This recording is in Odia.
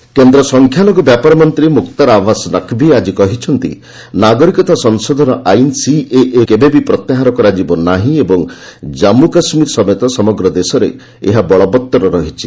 ସିଏଏ ନକ୍ଭି କେନ୍ଦ୍ର ସଂଖ୍ୟାଲଘୁ ବ୍ୟାପାର ମନ୍ତ୍ରୀ ମୁକ୍ତାର ଆବାସ୍ ନକ୍ଭି ଆଜି କହିଛନ୍ତି' ନାଗରିକତା ସଂଶୋଧନ ଆଇନସିଏଏ କୁ କେବେ ବି ପ୍ରତ୍ୟାହାର କରାଯିବ ନାହିଁ ଏବଂ ଜାମ୍ମୁ କାଶ୍ମୀର ସମେତ ସମଗ୍ର ଦେଶରେ ଏହା ବଳବତ୍ତର ରହିଛି